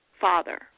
Father